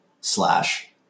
slash